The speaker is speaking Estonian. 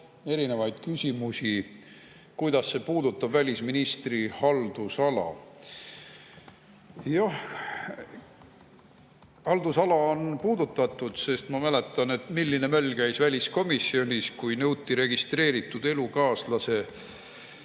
[sisaldab] küsimusi, kuidas see puudutab välisministri haldusala. Jah, see haldusala on puudutatud. Ma mäletan, milline möll käis väliskomisjonis, kui nõuti registreeritud elukaaslase